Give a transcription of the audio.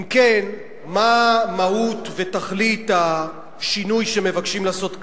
אם כן, מה מהות ותכלית השינוי שמבקשים לעשות כאן?